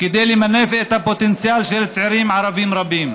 כדי למנף את הפוטנציאל של צעירים ערבים רבים.